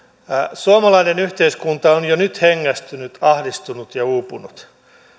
suomalainen yhteiskunta on jo nyt hengästynyt ahdistunut ja uupunut